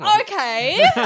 Okay